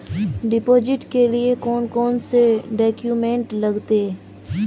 Deposit के लिए कौन कौन से डॉक्यूमेंट लगते?